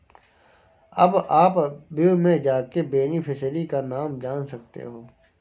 अब आप व्यू में जाके बेनिफिशियरी का नाम जान सकते है